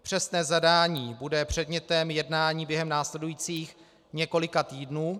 Přesné zadání bude předmětem jednání během následujících několika týdnů.